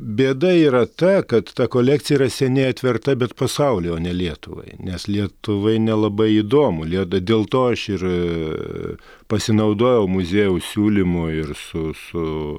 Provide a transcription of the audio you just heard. bėda yra ta kad ta kolekcija yra seniai atverta bet pasauliui o ne lietuvai nes lietuvai nelabai įdomu lie dėl to aš ir pasinaudojau muziejaus siūlymu ir su su